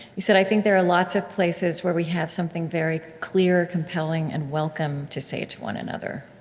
you said, i think there are lots of places where we have something very clear, compelling, and welcome to say to one another.